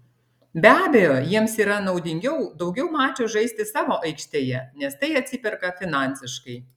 be abejo jiems yra naudingiau daugiau mačų žaisti savo aikštėje nes tai atsiperka finansiškai